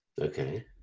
Okay